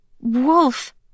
Wolf